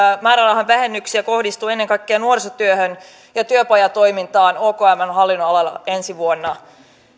määrärahan vähennyksiä kohdistuu ennen kaikkea nuorisotyöhön ja työpajatoimintaan okmn hallinnonalalla ensi vuonna